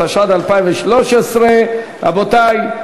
התשע"ד 2013. רבותי,